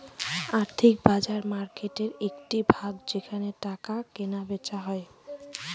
আর্থিক বাজার মার্কেটের একটি ভাগ যেখানে টাকা কেনা বেচা হয়